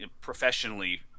Professionally